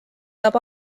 saab